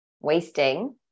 wasting